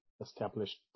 established